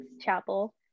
Chapel